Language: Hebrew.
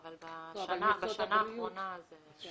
אבל בשנה האחרונה יותר.